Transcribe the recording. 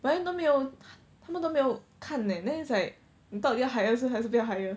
but then 都没有他们都没有看哪 then it's like 你到底要 hire 是还是不要 hire